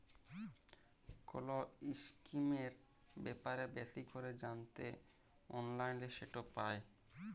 call ইসকিমের ব্যাপারে বেশি ক্যরে জ্যানতে অললাইলে সেট পায়